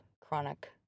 chronic